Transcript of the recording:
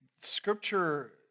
Scripture